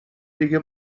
دیگه